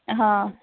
ਹਾਂ